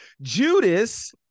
Judas